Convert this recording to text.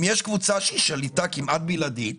אם יש קבוצה שהיא שליטה כמעט בלעדית